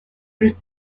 plus